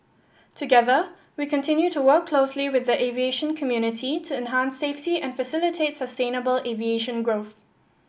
together we continue to work closely with the aviation community to enhance safety and facilitate sustainable aviation growth